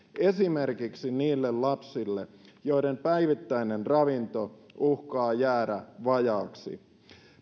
esimerkiksi niille lapsille joiden päivittäinen ravinto uhkaa jäädä vajaaksi